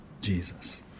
Jesus